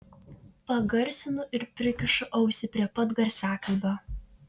pagarsinu ir prikišu ausį prie pat garsiakalbio